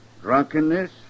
Drunkenness